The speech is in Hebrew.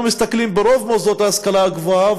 מסתכלים ברוב מוסדות להשכלה הגבוהה,